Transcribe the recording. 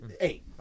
Eight